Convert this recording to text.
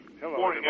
Hello